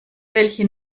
welche